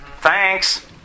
Thanks